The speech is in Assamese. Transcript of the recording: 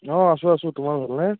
অঁ আছো আছো তোমাৰ ভালনে